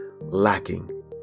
lacking